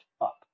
up